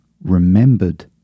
remembered